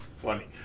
funny